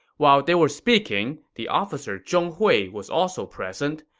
while they were speaking, the officer zhong hui was also present.